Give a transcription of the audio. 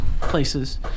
places